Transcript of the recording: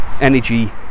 energy